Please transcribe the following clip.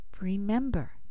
Remember